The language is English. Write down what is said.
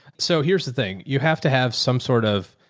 so here's the thing. you have to have some sort of.